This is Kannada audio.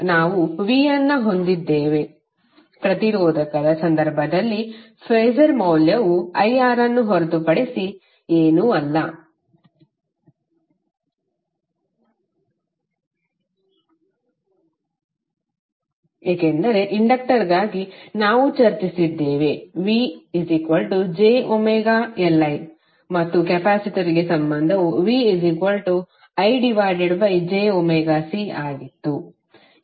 ನಾವು V ಅನ್ನು ಹೊಂದಿದ್ದೇವೆ ಪ್ರತಿರೋಧಕದ ಸಂದರ್ಭದಲ್ಲಿ ಫಾಸರ್ ಮೌಲ್ಯವು IR ಅನ್ನು ಹೊರತುಪಡಿಸಿ ಏನೂ ಅಲ್ಲ ಏಕೆಂದರೆ ಇಂಡಕ್ಟರ್ಗಾಗಿ ನಾವು ಚರ್ಚಿಸಿದ್ದೇವೆ V jωLI ಮತ್ತು ಕೆಪಾಸಿಟರ್ಗೆ ಸಂಬಂಧವು VIjωCಆಗಿತ್ತು